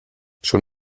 schon